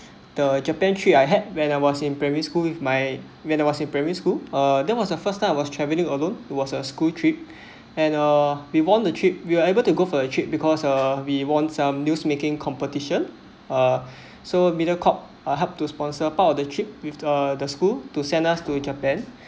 the japan trip I had when I was in primary school with my when I was in primary school uh that was the first time I was traveling alone it was a school trip and uh we won the trip we were able to go for a trip because uh we won some news making competition are so mediacorp uh help to sponsor part of the trip with the school to send us to japan